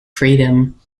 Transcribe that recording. freedom